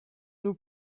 nous